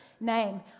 name